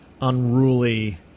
unruly